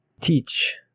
teach